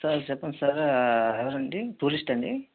sir చెప్పండి sir ఎవరండీ tourist ఆ అండి